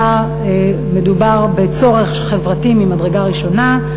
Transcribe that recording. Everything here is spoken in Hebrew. אלא מדובר בצורך חברתי ממדרגה ראשונה.